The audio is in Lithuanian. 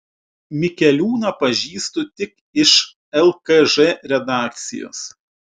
mikeliūną pažįstu tik iš lkž redakcijos